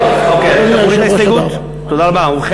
תודה רבה.